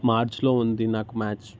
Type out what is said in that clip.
మార్చ్లో ఉంది నాకు మ్యాచ్